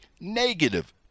Negative